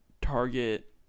target